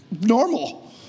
normal